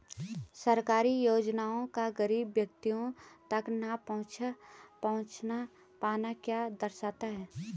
सरकारी योजनाओं का गरीब व्यक्तियों तक न पहुँच पाना क्या दर्शाता है?